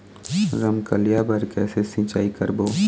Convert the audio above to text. रमकलिया बर कइसे सिचाई करबो?